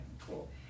cool